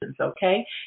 okay